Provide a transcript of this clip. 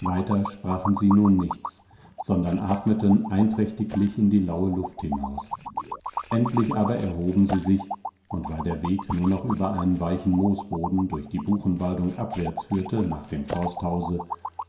weiter sprachen sie nun nichts sondern atmeten einträchtiglich in die laue luft hinaus endlich aber erhoben sie sich und weil der weg nur noch über weichen moosboden durch die buchenwaldung abwärts führte nach dem forsthause